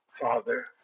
father